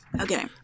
Okay